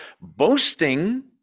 Boasting